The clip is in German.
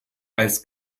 als